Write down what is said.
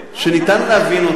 שניתן להבין אותו,